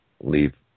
leave